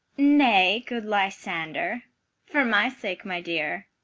nay, good lysander for my sake, my dear,